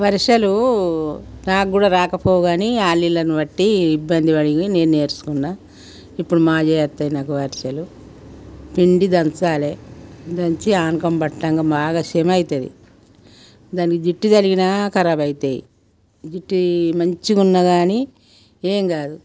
అరిసెలు నాకు కూడా రాకపోవు కాని ఆల్లీళ్ళను బట్టి ఇబ్బంది పడి నేను నేర్చుకున్న ఇప్పుడు మాజేయొత్తాయ్ నాకు అరిషెలు పిండి దంచాలి దంచి ఆనకం పట్టంగా బాగా సెమయితయి దాన్ని జిట్టి తగిలిన కరాబు అవుతాయి జిట్టి మంచిగున్నాగాని ఏం గాదు